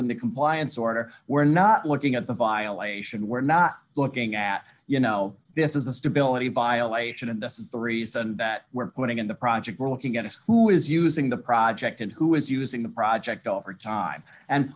the compliance order we're not looking at the violation we're not looking at you know this is a stability violation and this is the reason that we're putting in the project we're looking at it who is using the project and who is using the project over time and